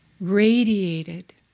radiated